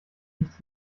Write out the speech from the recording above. nichts